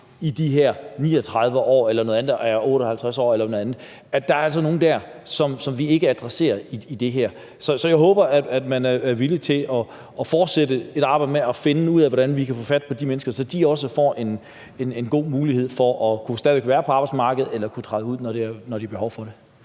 i de her 39 år eller 58 år eller noget andet. Der er altså nogle der, som vi ikke adresserer med det her. Så jeg håber, at man er villig til at fortsætte et arbejde med at finde ud af, hvordan vi kan få fat på de mennesker, så de også får en god mulighed for stadig væk at kunne være på arbejdsmarkedet eller kunne træde ud, når de har behov for det.